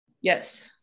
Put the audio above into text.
Yes